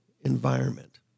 Environment